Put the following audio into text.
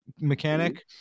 mechanic